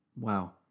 wow